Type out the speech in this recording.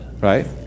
Right